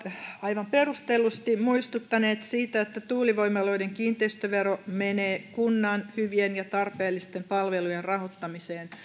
aivan perustellusti muistuttaneet siitä että tuulivoimaloiden kiinteistövero menee kunnan hyvien ja tarpeellisten palvelujen rahoittamiseen